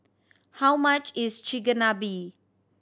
how much is Chigenabe